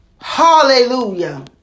Hallelujah